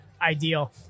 ideal